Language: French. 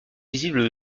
visibles